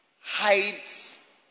hides